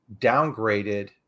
downgraded